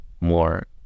more